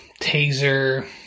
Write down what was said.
taser